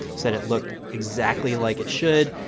said it looked exactly like it should.